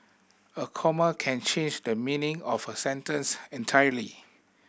a comma can change the meaning of a sentence entirely